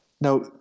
Now